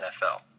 NFL